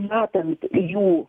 matant jų